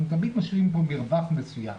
תמיד משאירים מרווח מסוים.